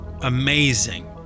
amazing